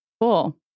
Cool